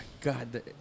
God